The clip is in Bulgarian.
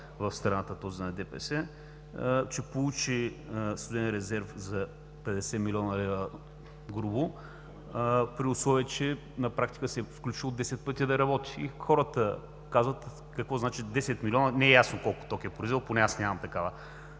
в страната – този на ДПС, че получи студен резерв за 50 млн. лв. грубо, при условие че на практика се е включвал десет пъти да работи. И хората казват: какво значи 10 милиона? Не е ясно колко ток е произвел – поне аз нямам такава